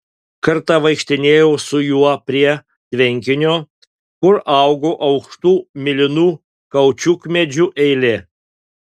kartą vaikštinėjau su juo prie tvenkinio kur augo aukštų mėlynų kaučiukmedžių eilė